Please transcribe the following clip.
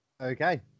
Okay